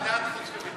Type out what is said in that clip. תת-ועדה חוץ וביטחון.